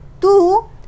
two